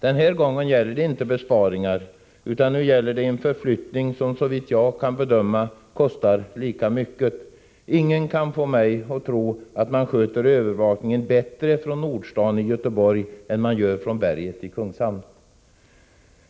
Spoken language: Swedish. Den här gången gäller det inte besparingar, utan nu är det fråga om en förflyttning som såvitt jag kan bedöma innebär att verksamheten kommer att kosta lika mycket. Ingen kan få mig att tro att man sköter övervakningen bättre från Nordstan i Göteborg än från berget i Kungshamn.